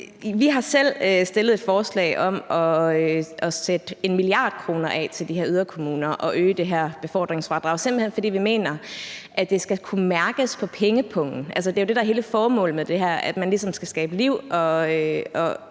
Vi har selv stillet et forslag om at sætte 1 mia. kr. af til de her yderkommuner og øge det her befordringsfradrag, simpelt hen fordi vi mener, at det skal kunne mærkes på pengepungen. Det er jo det, der er hele formålet med det her, at man ligesom skal skabe liv og